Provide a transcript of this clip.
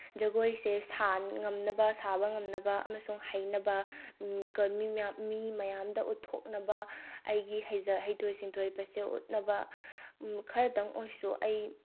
ꯖꯒꯣꯏꯁꯦ ꯉꯝꯅꯕ ꯁꯥꯕ ꯉꯝꯅꯕ ꯑꯃꯁꯨꯡ ꯍꯩꯅꯕ ꯃꯤ ꯃꯌꯥꯝꯗ ꯎꯠꯊꯣꯛꯅꯕ ꯑꯩꯒꯤ ꯍꯩꯖ ꯍꯩꯊꯣꯏ ꯁꯤꯡꯊꯣꯏꯕꯁꯦ ꯎꯠꯅꯕ ꯈꯔꯇꯪ ꯑꯣꯏꯔꯁꯨ ꯑꯩ